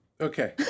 Okay